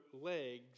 legs